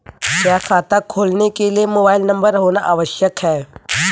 क्या खाता खोलने के लिए मोबाइल नंबर होना आवश्यक है?